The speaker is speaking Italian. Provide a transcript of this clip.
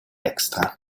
extra